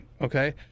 okay